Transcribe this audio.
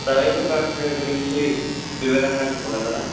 ప్రవేశ ప్రక్రియ గురించి వివరంగా చెప్పగలరా